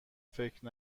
فکر